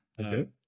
Okay